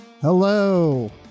Hello